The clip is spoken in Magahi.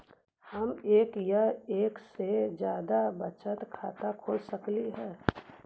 हम एक या एक से जादा बचत खाता खोल सकली हे?